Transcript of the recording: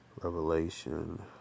Revelation